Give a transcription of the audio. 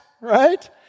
right